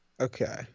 Okay